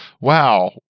wow